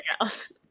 else